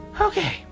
Okay